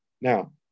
Now